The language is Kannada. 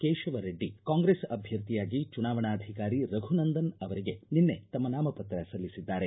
ಕೇಶವ ರೆಡ್ಡಿ ಕಾಂಗ್ರೆಸ್ ಅಭ್ಯರ್ಥಿಯಾಗಿ ಚುನಾವಣಾಧಿಕಾರಿ ರಘುನಂದನ್ ಅವರಿಗೆ ನಿನ್ನೆ ತಮ್ಮ ನಾಮಪತ್ರ ಸಲ್ಲಿಸಿದ್ದಾರೆ